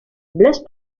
blaise